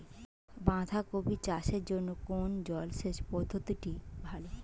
বাঁধাকপি চাষের জন্য কোন জলসেচ পদ্ধতিটি ভালো?